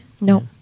No